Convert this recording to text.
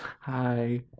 Hi